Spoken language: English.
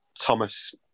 Thomas